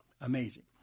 Amazing